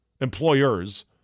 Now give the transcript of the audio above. employers